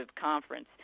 conference